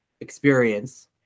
experience